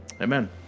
Amen